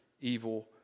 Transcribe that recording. evil